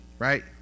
right